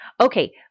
Okay